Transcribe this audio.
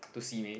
to Simei